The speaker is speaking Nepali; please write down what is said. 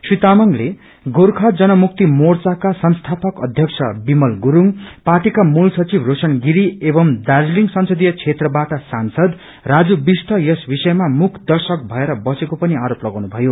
श्री तामंगले गोर्खा जनमुक्ति मोर्चा का संस्थापक अध्यक्ष विमल गुरूङ पार्टीका मूल सचिव रोशन गिरी एवं दीज्रलिङ संसदीय क्षेत्रवाट सांसद राजू विष्ट यस विषयमा मूक दर्शक भएर बसेको पनि आरोप लागाउनु भयो